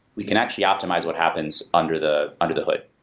we can actually optimize what happens under the under the hood.